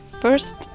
first